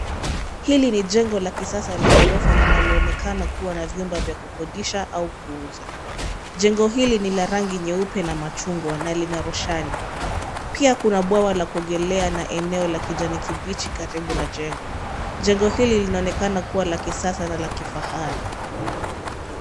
Hili ni jengo la kisasa la ghorofa linaloonekana kuwa na vyumba vya kukodisha au kuuza. Jengo hili ni la rangi nyeupe na machungwa na lina roshani. Pia kuna bwawa la kuogelea na eneo la kijani kibichi karibu na jengo. Jengo hili linaonekana kuwa la kisasa na la kifahari.